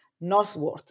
northward